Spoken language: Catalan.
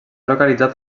localitzat